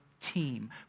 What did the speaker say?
team